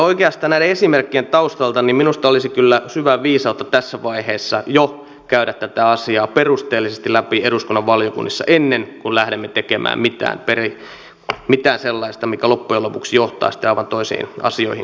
oikeastaan näiden esimerkkien taustalta minusta olisi kyllä syvää viisautta tässä vaiheessa jo käydä tätä asiaa perusteellisesti läpi eduskunnan valiokunnissa ennen kuin lähdemme tekemään mitään sellaista mikä loppujen lopuksi johtaa sitten aivan toisiin asioihin kuin on aiottu